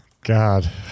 God